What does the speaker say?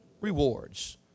rewards